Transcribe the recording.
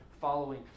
following